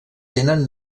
tenen